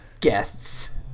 guests